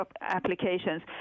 applications